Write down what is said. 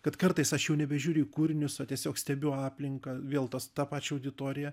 kad kartais aš jau nebežiūriu į kūrinius o tiesiog stebiu aplinką vėl tas tą pačią auditoriją